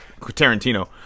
Tarantino